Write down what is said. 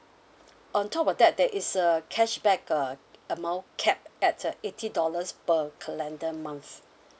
on top of that there is a cashback uh amount capped at a eighty dollars per calendar month